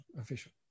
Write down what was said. official